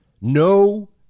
No